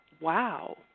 wow